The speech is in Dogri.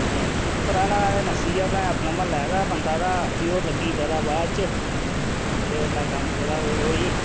ते टिप्परा आह्ला ते नस्सी गेआ भैं अपने म्हल्ले दा बंदा था फ्ही ओह् लग्गी पता बाद च ते ओल्लै कम्म गेदा हा ते होई